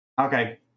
Okay